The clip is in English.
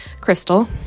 Crystal